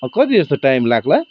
कति जस्तो टाइम लाग्ला